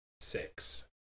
six